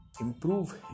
improve